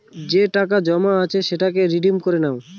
যে টাকা জমা আছে সেটাকে রিডিম করে নাও